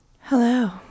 Hello